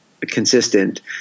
consistent